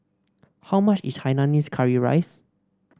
how much is Hainanese Curry Rice